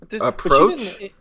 approach